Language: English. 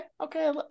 Okay